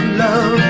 love